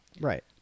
Right